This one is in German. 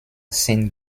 sind